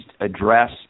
address